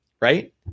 right